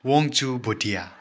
Wangchu Bhutia